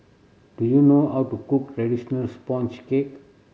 do you know how to cook traditional sponge cake